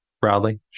Broadly